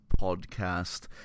podcast